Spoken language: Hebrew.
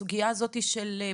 הסוגיה של פנימיות